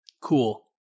Cool